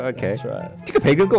Okay